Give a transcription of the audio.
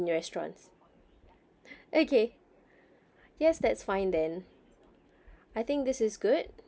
in your restaurants okay yes that's fine then I think this is good